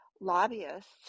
lobbyists